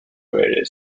very